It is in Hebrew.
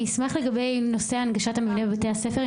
אני אשמח לקבל התייחסות לנושא הנגשת מבנה בבתי הספר.